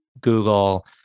Google